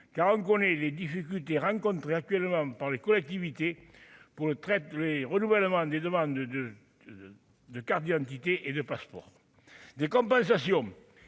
car on connaît les difficultés rencontrées actuellement par les collectivités pour le traite les renouvellements des demandes de de cardio entités et de passeports des compensations